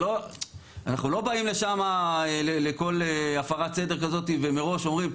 אנחנו לא באים לשמה לכל הפרת סדר כזאת ומראש אומרים,